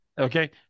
Okay